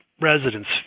residents